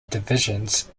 divisions